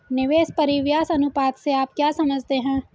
निवेश परिव्यास अनुपात से आप क्या समझते हैं?